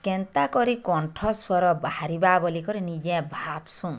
କେନ୍ତା କରି କଣ୍ଠ ସ୍ଵର ବାହାରିବା ବୋଲିକରି ନିଜେ ଭାବସୁଁ